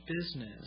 business